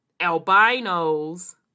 albinos